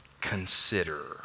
consider